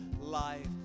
life